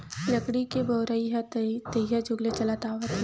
लकड़ी के बउरइ ह तइहा जुग ले चलत आवत हे